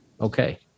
okay